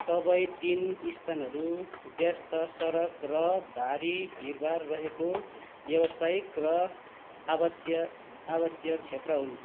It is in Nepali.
सबै तिन स्थानहरू व्यस्त सडक र भारी भिडभाड रहेको व्यावसायिक र आवास्य आवासीय क्षेत्र हुन्